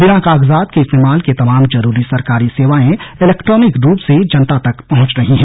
बिना कागजात के इस्तेमाल के तमाम जरूरी सरकारी सेवाएं इलेक्ट्रॉनिक रूप से जनता तक पहुंच रही हैं